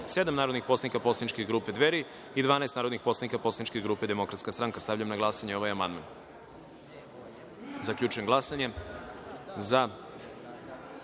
narodnih poslanik poslaničke grupe Dveri i 12 narodnih poslanika poslaničke grupe Demokratska stranka. Stavljam na glasanje ovaj amandman. Zaključujem glasanje